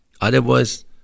Otherwise